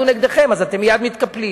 בתקשורת מייד יהיו נגדכם ואתם מייד מתקפלים.